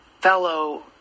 fellow